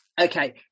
okay